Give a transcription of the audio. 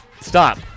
stop